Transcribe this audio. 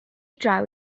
draw